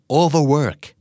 overwork